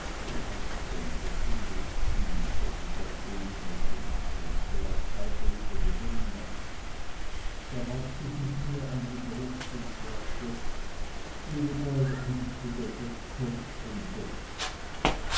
du weißt schon das unglücksding das sie seitdem immer singt und vielleicht auch heute wieder gesungen hat da warf sie sich mir an die brust und sagte wilibald einziger das kommt von gott